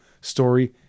story